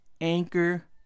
Anchor